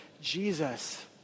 Jesus